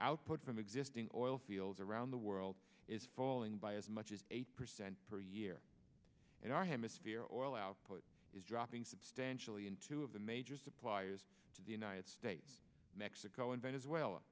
output from existing or oil fields around the world is falling by as much as eight percent per year and our hemisphere or oil output is dropping substantially in two of the major suppliers to the united states mexico and venezuela